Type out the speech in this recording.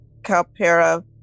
calpera